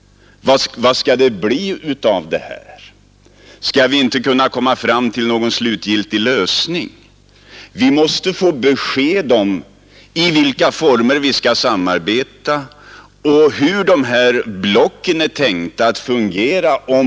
Vad skall det bli av detta frågade man? Skall vi inte kunna komma fram till någon slutgiltig lösning? Om vi över huvud taget skall kunna komma någon vart i vår planering, så måste vi få besked om i vilka former vi skall samarbeta och hur det är tänkt att dessa block skall fungera.